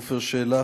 עפר שלח,